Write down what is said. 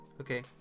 Okay